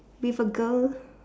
with a girl